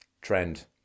trend